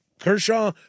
Kershaw